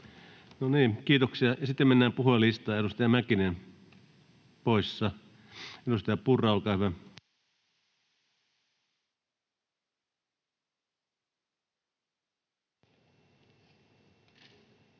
kiitoksia. — Sitten mennään puhujalistaan. Edustaja Mäkinen poissa. — Edustaja Purra, olkaa hyvä. [Speech